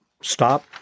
stop